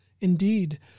Indeed